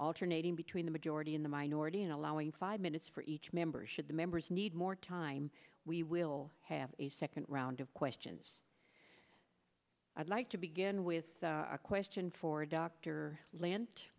alternating between the majority in the minority and allowing five minutes for each member should the members need more time we will have a second round of questions i'd like to begin with a question for